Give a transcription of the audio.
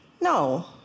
No